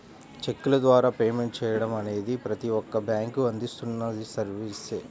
చెక్కుల ద్వారా పేమెంట్ చెయ్యడం అనేది ప్రతి ఒక్క బ్యేంకూ అందిస్తున్న సర్వీసే